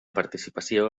participació